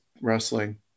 wrestling